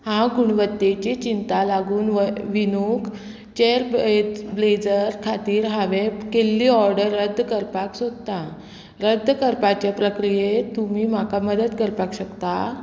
हांव गुणवत्तेची चिंता लागून व विनूक चेक बे ब्लेजर खातीर हांवें केल्ली ऑर्डर रद्द करपाक सोदतां रद्द करपाचे प्रक्रियेंत तुमी म्हाका मदत करपाक शकता